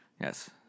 yes